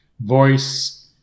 voice